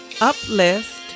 uplift